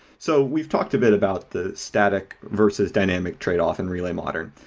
so we've talked a bit about the static versus dynamic tradeoff in relay modern,